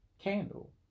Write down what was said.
candle